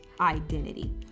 identity